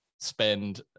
spend